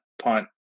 punt